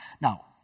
Now